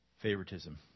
favoritism